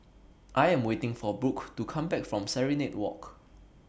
I Am waiting For Brook to Come Back from Serenade Walk